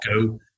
go